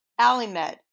Alimed